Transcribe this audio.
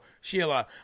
Sheila